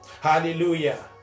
Hallelujah